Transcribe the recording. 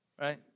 right